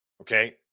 Okay